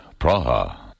Praha